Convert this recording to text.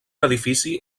edifici